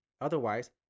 Otherwise